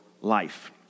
life